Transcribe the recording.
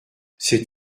c’est